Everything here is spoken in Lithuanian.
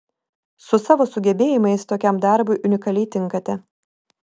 su savo sugebėjimais tokiam darbui unikaliai tinkate